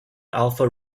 alfa